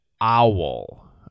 owl